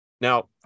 now